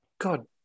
God